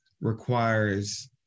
requires